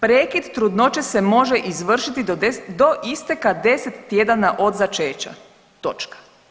Prekid trudnoće se može izvršiti do isteka 10 tjedana od začeća, točka.